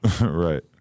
Right